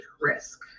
risk